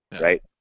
right